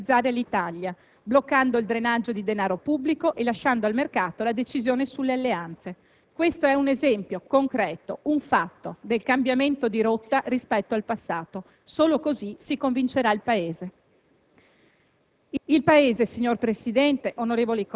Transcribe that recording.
come si è fatto del resto con la scelta di privatizzare Alitalia, bloccando il drenaggio di denaro pubblico e lasciando al mercato la decisione sulle alleanze. Questo è un esempio concreto, un fatto, del cambiamento di rotta rispetto al passato: solo così si convincerà il Paese.